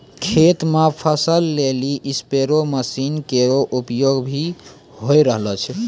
खेत म फसल लेलि स्पेरे मसीन केरो उपयोग भी होय रहलो छै